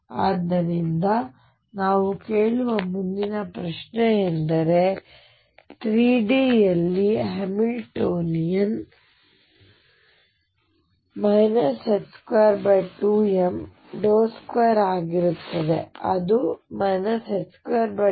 ಆದ್ದರಿಂದ ನಾವು ಕೇಳುವ ಮುಂದಿನ ಪ್ರಶ್ನೆಯೆಂದರೆ 3 D ಯಲ್ಲಿ ಹ್ಯಾಮಿಲ್ಟೋನಿಯನ್ 3 D ಯಲ್ಲಿ 22m 2 ಆಗಿರುತ್ತದೆ ಅದು 22md2dx2